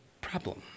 problem